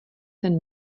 ten